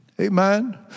Amen